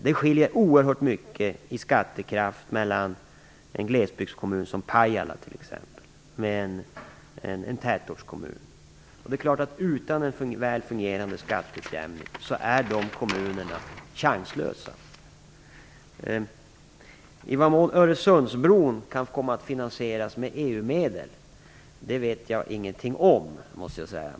Det skiljer oerhört mycket i skattekraft mellan en glesbygdskommun som Pajala och en tätortskommun. Utan en väl fungerande skatteutjämning är dessa kommuner chanslösa. Jag vet ingenting om i vad mån Öresundsbron kan komma att finansieras med EU-medel.